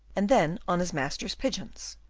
and then on his master's pigeons.